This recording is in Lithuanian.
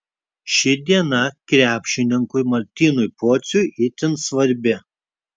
ši diena krepšininkui martynui pociui itin svarbi